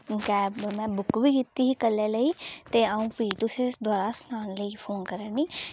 cab में book बी कीती ही कल्लै लेई ते अ'ऊं फ्ही तुसेंगी दबारा सनाने लेई फोन करै'नी